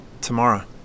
tomorrow